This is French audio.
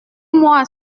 moi